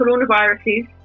coronaviruses